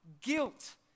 guilt